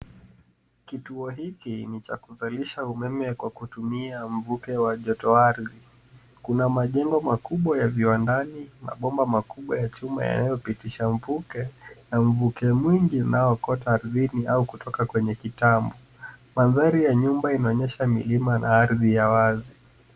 Kituo hiki ni cha kuzalisha umeme kwa kutumia mvuke wa joto ardhi kuna majengo makubwa ya viwandani mabomba makubwa ya chuma yanayopitisha mvuke, na mvuke mwingi unao okota ardhini au kutoka kwenye kitambo. Mandhari ya nyuma inaonyesha milima na ardhi ya wazi.